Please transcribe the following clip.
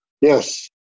Yes